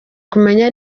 kumenya